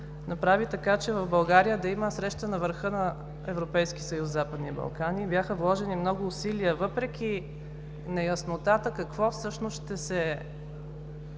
направи така, че в България да има Среща на върха на Европейски съюз – Западни Балкани. Бяха вложени много усилия, въпреки неяснотата какво всъщност ще